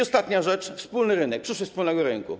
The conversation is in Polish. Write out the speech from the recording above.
Ostatnia rzecz - wspólny rynek, przyszłość wspólnego rynku.